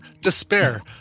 despair